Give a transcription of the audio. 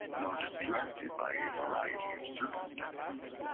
nor distracted by a variety of circumstances.